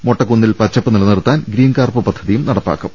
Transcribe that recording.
മൊട്ടക്കു ന്നിൽ പച്ചപ്പ് നിലനിർത്താൻ ഗ്രീൻകാർപ് പദ്ധതിയും നടപ്പാക്കും